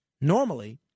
normally